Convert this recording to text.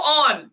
on